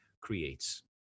creates